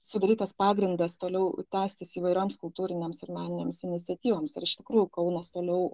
sudarytas pagrindas toliau tęstis įvairioms kultūrinėms ir meninėms iniciatyvoms ir iš tikrųjų kaunas toliau